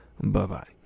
Bye-bye